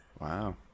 Wow